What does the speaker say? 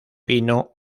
fino